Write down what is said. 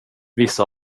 vissa